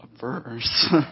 verse